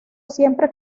siempre